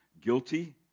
guilty